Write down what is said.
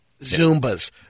Zumbas